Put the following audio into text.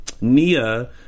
Nia